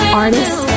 artists